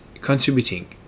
contributing